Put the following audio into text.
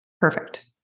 Perfect